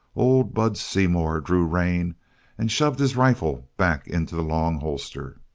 old bud seymour drew rein and shoved his rifle back into the long holster.